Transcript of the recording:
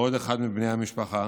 ועוד אחד מבני המשפחה